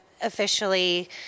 officially